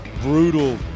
brutal